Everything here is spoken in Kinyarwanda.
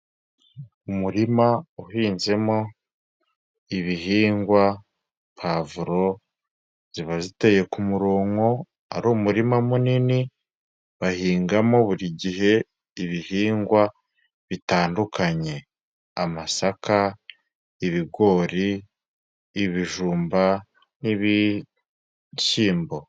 Umurima uhinzemo ibihingwa puwavuro ziba ziteye ku murongo, ari umurima munini bahingamo buri gihe ibihingwa bitandukanye amasaka, ibigori, ibijumba, n'ibishyimbo.